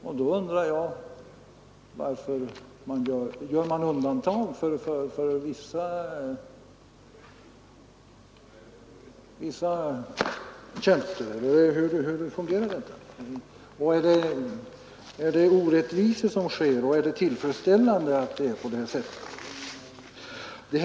Men då undrar jag om man gör undantag för vissa tjänster eller hur fungerar det? Är det orättvisor som sker? Det är inte tillfredsställande som det är nu i praktiken.